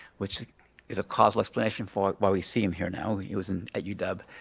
which is a causal explanation for why we see him here now we're using at u-dub.